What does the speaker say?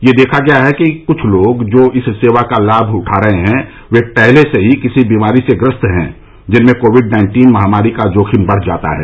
यह देखा गया है कि क्छ लोग जो इस सेवा का लाभ उठा रहे हैं वे पहले से ही किसी बीमारी से ग्रस्त हैं जिनमें कोविड नाइन्टीन महामारी का जोखिम बढ़ जाता है